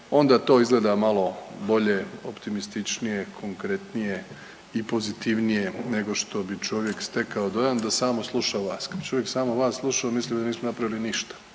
onda to izgleda malo bolje, optimističnije, konkretnije i pozitivnije nego što bi čovjek stekao dojam da samo sluša vas. Kada bi čovjek samo vas slušao mislio bi da nismo napravili ništa,